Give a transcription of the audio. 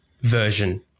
version